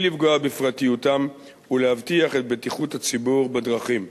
לפגוע בפרטיותם ולהבטיח את בטיחות הציבור בדרכים.